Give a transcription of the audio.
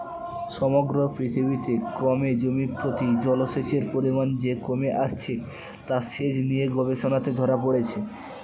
সমগ্র পৃথিবীতে ক্রমে জমিপ্রতি জলসেচের পরিমান যে কমে আসছে তা সেচ নিয়ে গবেষণাতে ধরা পড়েছে